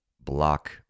block